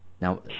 Now